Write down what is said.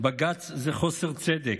בג"ץ זה חוסר צדק,